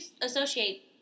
associate